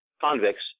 convicts